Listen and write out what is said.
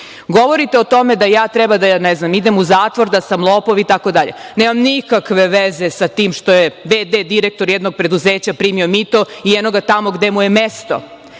špijun. Govorite o tome da ja treba da idem u zatvor, da sam lopov, itd. Nemam nikakve veze sa tim što je v.d. direktor jednog preduzeća primio mito i eno ga tamo gde mu je mesto.